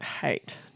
hate